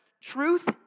truth